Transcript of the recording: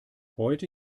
heute